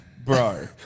Bro